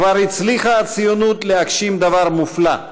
"כבר הצליחה הציונות להגשים דבר מופלא,